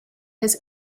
his